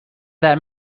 that